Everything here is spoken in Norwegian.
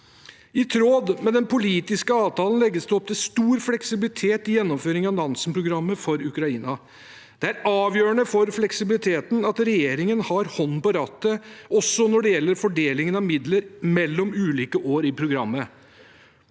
I tråd med den politiske avtalen legges det opp til stor fleksibilitet i gjennomføringen av Nansen-programmet for Ukraina. Det er avgjørende for fleksibiliteten at regjeringen har hånden på rattet også når det gjelder fordelingen av midler mellom ulike år i programmet.